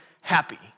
happy